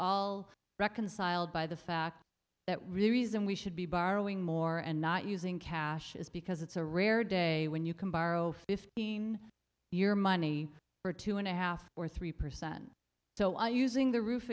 all reconciled by the fact that really isn't we should be borrowing more and not using cash is because it's a rare day when you can borrow fifteen year money for two and a half or three percent so i using the roof